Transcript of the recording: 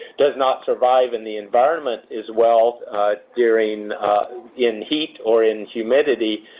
does not survive in the environment as well during in heat or in humidity,